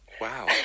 Wow